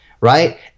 right